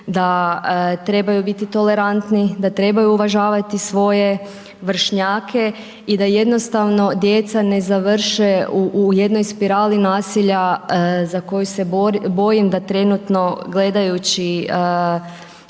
da trebaju biti tolerantni, da trebaju uvažavati svoje vršnjake i da jednostavno djeca ne završe u jednoj spirali nasilja, za koju se bojim da trenutno gledajući,